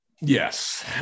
Yes